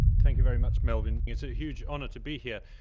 thank you very much, melvyn. it's a huge honour to be here.